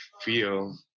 feel